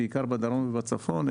בעיקר בדרום ובצפון,